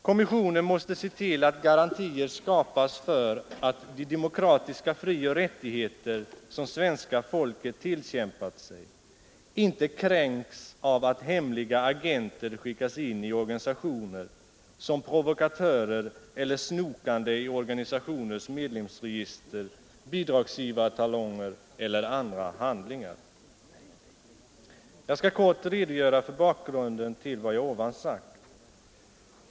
Kommissionen måste se till att garantier skapas för att de demokratiska frioch rättigheter som svenska folket tillkämpat sig inte kränks av att hemliga agenter skickas in i organisationer såsom provokatörer eller snokande i organisationers medlemsregister, bidragsgivartalonger eller andra handlingar. Jag skall kort redogöra för bakgrunden till vad jag här sagt.